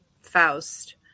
Faust